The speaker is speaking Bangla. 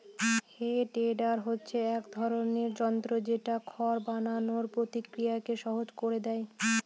হে টেডার হচ্ছে এক ধরনের যন্ত্র যেটা খড় বানানোর প্রক্রিয়াকে সহজ করে দেয়